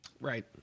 Right